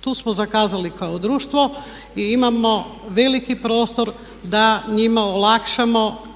Tu smo zakazali kao društvo i imamo veliki prostor da njima olakšamo i